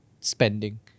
spending